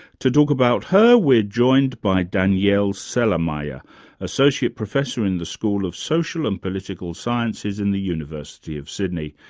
to talk about her, we're joined by danielle celermajer, associate professor in the school of social and political sciences in the university of sydney.